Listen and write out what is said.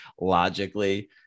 logically